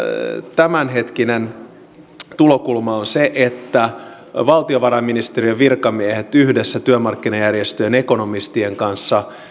tämänhetkinen tulokulma on se että valtiovarainministeriön virkamiehet yhdessä työmarkkinajärjestöjen ekonomistien kanssa